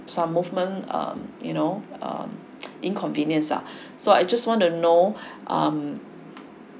some movement um you know um inconvenience ah so I just want to know um